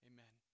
Amen